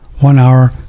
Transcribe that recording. one-hour